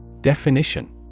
Definition